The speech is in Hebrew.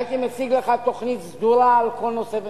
הייתי מציג לך תוכנית סדורה על כל נושא ונושא,